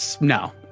No